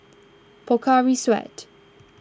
Pocari Sweat